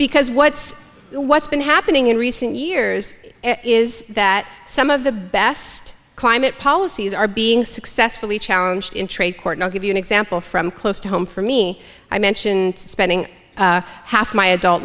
because what's what's been happening in recent years is that some of the best climate policies are being successfully challenged in trade court i'll give you an example from close to home for me i mentioned spending half my adult